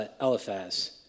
Eliphaz